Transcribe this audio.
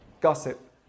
gossip